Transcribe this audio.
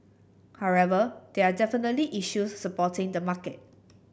however there are definitely issues supporting the market